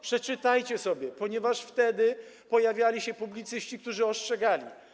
Przeczytajcie sobie, ponieważ wtedy pojawiali się publicyści, którzy ostrzegali.